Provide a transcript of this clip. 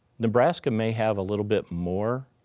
nebraska may have a little bit more